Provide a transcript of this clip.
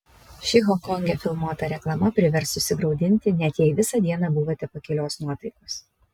ši honkonge filmuota reklama privers susigraudinti net jei visą dieną buvote pakilios nuotaikos